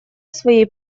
своей